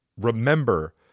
remember